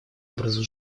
образу